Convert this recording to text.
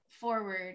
forward